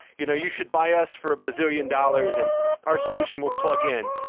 you know you should buy us for a bazillion dollars and our solution will plug-in.